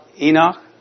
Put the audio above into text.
Enoch